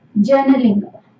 journaling